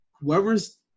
whoever's